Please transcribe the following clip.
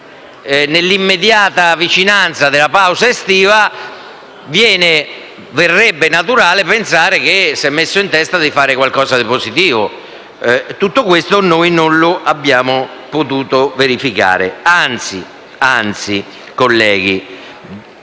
nell'immediata vicinanza della pausa estiva, verrebbe naturale pensare che ci si sia messi in testa di fare qualcosa di positivo e tutto questo noi non lo abbiamo potuto verificare. Anzi, colleghi,